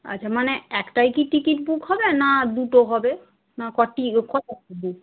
আচ্ছা মানে একটাই কি টিকিট বুক হবে না দুটো হবে না কটি